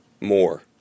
more